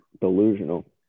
delusional